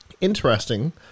Interesting